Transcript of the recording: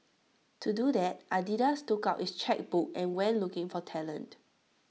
to do that Adidas took out its chequebook and went looking for talent